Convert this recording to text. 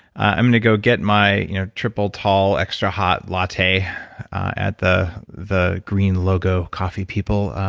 i'm going to go get my you know triple tall extra hot latte at the the green logo coffee people.